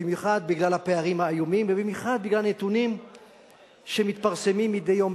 במיוחד בגלל הפערים האיומים ובמיוחד בגלל נתונים שמתפרסמים מדי יום